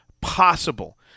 possible